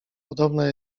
podobna